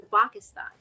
Pakistan